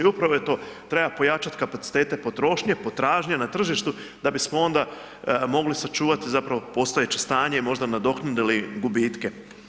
I upravo je to, treba pojačati kapacitete potrošnje, potražnje na tržištu da bismo onda mogli sačuvati postojeće stanje i možda nadoknadili gubitke.